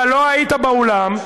אתה לא היית באולם.